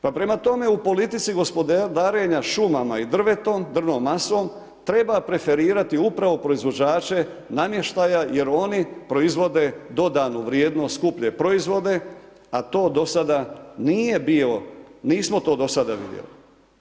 Pa prema tome, u politici gospodarenja šumama i drvetom, drvnom masom, treba preferirati upravo proizvođače namještaja jer oni proizvode dodanu vrijednost, skuplje proizvode, a to do sada nije bio, nismo do sada to vidjeli.